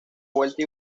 vuelta